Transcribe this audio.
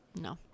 no